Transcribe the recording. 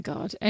God